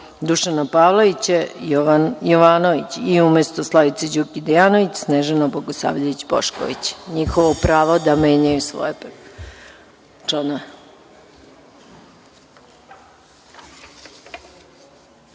Dušana Pavlovića Jovan Jovanović i umesto Slavice Đukić Dejanović Snežana Bogosavljević Bošković. Njihovo je pravo da menjaju svoje